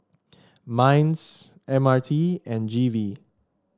Minds M R T and G V